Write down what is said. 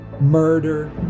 murder